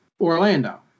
orlando